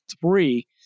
three